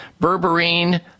Berberine